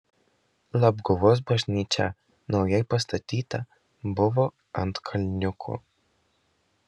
labguvos bažnyčia naujai pastatyta buvo ant kalniuko